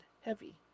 heavy